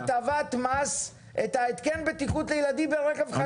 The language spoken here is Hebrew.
הממשלה החליטה לממן בהטבת מס את התקן הבטיחות לילדים ברכב חדש.